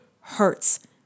hurts